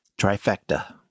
trifecta